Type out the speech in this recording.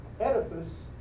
edifice